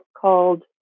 called